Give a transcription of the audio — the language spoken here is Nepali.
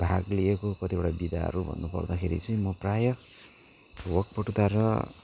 भाग लिएको कतिवटा विधाहरू भन्नुपर्दाखेरि चाहिँ म प्रायः वाक पटुता र